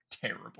terrible